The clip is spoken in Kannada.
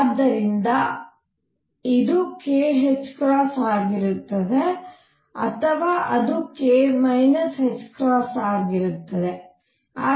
ಆದ್ದರಿಂದ ಇದು kℏ ಆಗಿರುತ್ತದೆ ಅಥವಾ ಅದು k ಆಗಿರುತ್ತದೆ